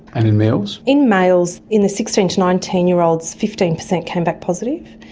and in males? in males, in the sixteen to nineteen year olds fifteen percent came back positive.